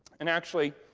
and actually,